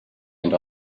and